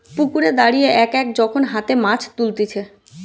পুকুরে দাঁড়িয়ে এক এক যখন হাতে মাছ তুলতিছে